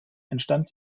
entstand